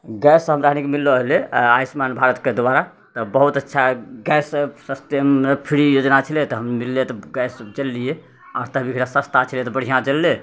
gas हमरा आरिके मिललो रहलै आयुष्मान भारतके द्वारा तऽ बहुत अच्छा गैस सस्तेमे फ्री योजना छलै तऽ मिललै तऽ गैस हम चलेलिए हँ आओर तभी सस्ता छलै तऽ बढ़िआँ चललै